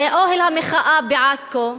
זה אוהל המחאה בעכו,